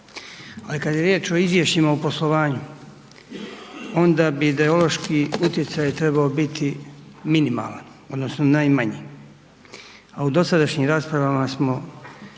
ali kada je riječ o izvješćima o poslovanju onda vi ideološki utjecaj trebao biti minimalan odnosno najmanji, a u dosadašnjim rasprava smo